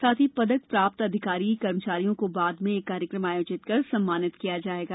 साथ ही पदक प्राप्त अधिकारियों कर्मचारियों को बाद में एक कार्यक्रम आयोजित कर सम्मानित किया जाएगा